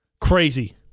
Crazy